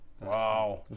Wow